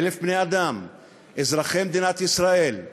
1,000 בני-אדם, אזרחי מדינת ישראל,